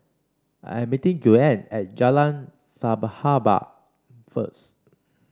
I'm meeting Joanne at Jalan Sahabat first